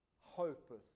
hopeth